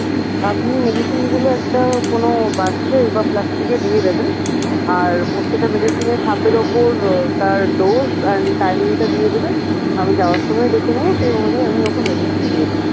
আপনি মেডিসিনগুলো একটা কোনও বাক্সে বা প্লাস্টিকে দিয়ে দেবেন আর প্রত্যেকটা মেডিসিনের খাপের উপর তার ডোজ অ্যান্ড টাইমিংটা দিয়ে দেবেন আমি যাবার সময় দেখে নেব সেই অনুযায়ী আমি ওকে মেডিসিন দিয়ে দেব